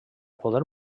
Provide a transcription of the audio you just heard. poder